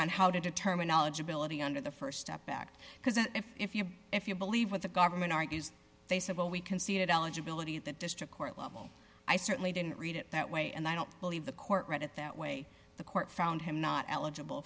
on how to determine eligibility under the st step back because if you if you believe what the government argues they said well we conceded eligibility the district court level i certainly didn't read it that way and i don't believe the court read it that way the court found him not eligible